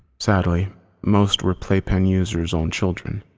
sadly most were playpen users' own children,